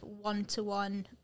one-to-one